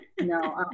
no